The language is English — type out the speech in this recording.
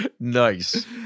nice